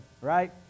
right